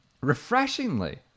Refreshingly